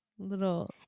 little